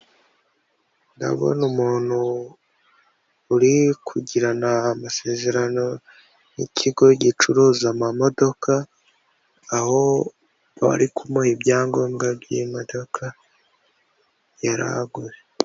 Ndabona umuntu uri kugirana amasezerano n'ikigo gicuruza amamodoka aho bari kumuha ibyangombwa by'iyimodoka yarahaguye.